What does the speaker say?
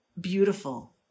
beautiful